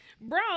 bro